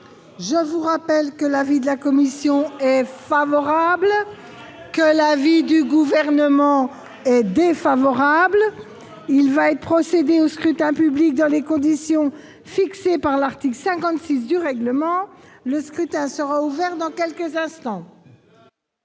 Je rappelle que l'avis de la commission est favorable et que celui du Gouvernement est défavorable. Il va être procédé au scrutin dans les conditions fixées par l'article 56 du règlement. Le scrutin est ouvert. Personne ne demande